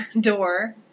door